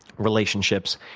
relationships.